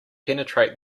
penetrate